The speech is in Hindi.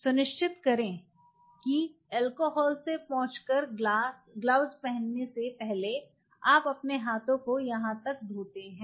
सुनिश्चित करें कि एलकोहॉल से पोंछकर ग्लव्स पहनने से पहले आप अपने हाथों को यहाँ तक धोते हैं